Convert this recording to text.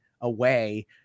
away